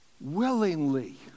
willingly